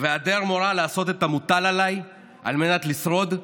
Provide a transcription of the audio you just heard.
והיעדר מורא לעשות את המוטל עליי על מנת לשרוד,